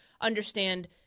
understand